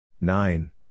nine